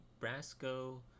Brasco